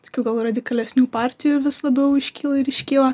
tokių gal radikalesnių partijų vis labiau iškyla ir iškyla